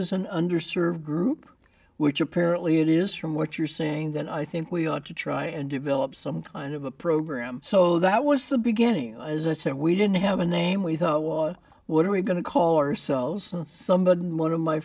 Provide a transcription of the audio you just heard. is an underserved group which apparently it is from what you're saying then i think we ought to try and develop some kind of a program so that was the beginning as i said we didn't have a name we thought was what are we going to call ourselves